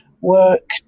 work